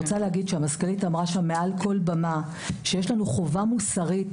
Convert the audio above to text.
המזכ"לית אמרה שם מעל כל במה שיש לנו חובה מוסרית